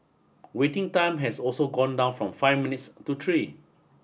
waiting time has also gone down from five minutes to tree